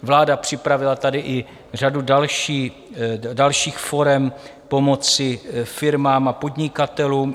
Vláda připravila tady i řadu dalších forem pomoci firmám a podnikatelům.